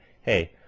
hey